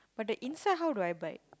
but the inside how do I bite